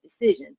decision